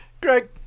Greg